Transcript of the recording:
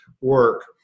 work